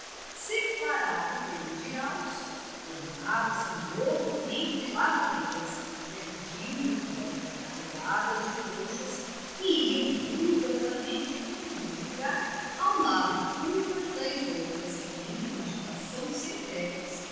separado pelos jiraus formava-se um novo renque de lavadeiras que acudiam de fora carregadas de trouxas e iam ruidosamente tomando lagar ao lado umas das outras entre uma agitação sem tréguas